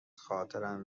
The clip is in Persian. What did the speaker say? خاطرم